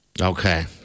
Okay